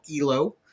ELO